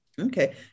Okay